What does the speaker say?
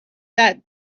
that